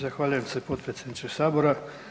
Zahvaljujem se potpredsjedniče Sabora.